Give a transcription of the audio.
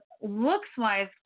Looks-wise